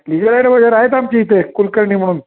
लिगलाईट वगैरे आहेत आमचे इथे कुलकर्णी म्हणून